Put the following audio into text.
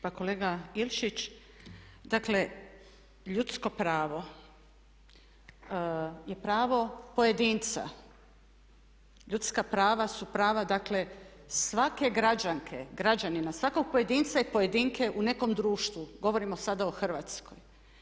Pa kolega Ilčić dakle ljudsko pravo je pravo pojedinca, ljudska prava su prava dakle svake građanke, građanina svakog pojedinca i pojedinke u nekom društvu, govorimo sada o Hrvatskoj.